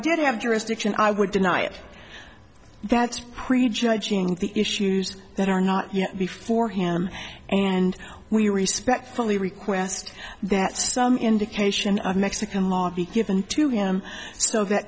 did have jurisdiction i would deny it that's prejudging the issues that are not yet before him and we respect fully request that some indication of mexican law be given to him so that